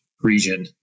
region